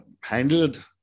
handled